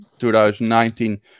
2019